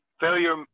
failure